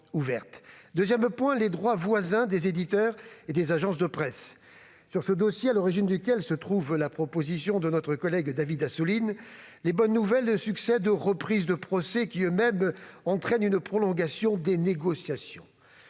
deuxième point porte sur les droits voisins des éditeurs et des agences de presse. Sur ce dossier, à l'origine duquel se trouve la proposition de loi de notre collègue David Assouline, les bonnes nouvelles succèdent aux reprises de procès, qui entraînent eux-mêmes une prolongation des négociations.